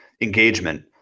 engagement